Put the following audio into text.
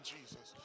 Jesus